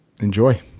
enjoy